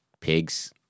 pigs